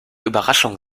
überraschung